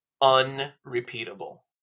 unrepeatable